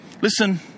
Listen